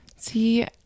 See